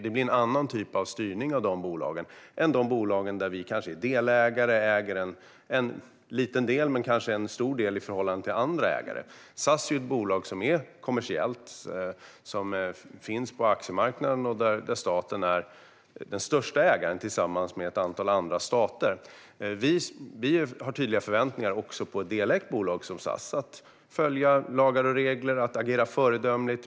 Det blir en annan typ av styrning av de bolagen än i de bolag där staten är delägare. Det kan vara en liten del men kanske en stor del i förhållande till andra ägare. SAS är ett kommersiellt bolag och finns på aktiemarknaden. Staten är den största ägaren tillsammans med ett antal andra stater. Vi har tydliga förväntningar också på ett delägt bolag som SAS att följa lagar och regler samt agera föredömligt.